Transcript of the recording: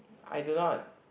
I do not